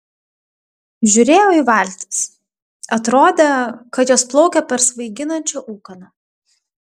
žiūrėjau į valtis atrodė kad jos plaukia per svaiginančią ūkaną